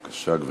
בבקשה, גברתי.